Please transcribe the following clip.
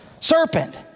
Serpent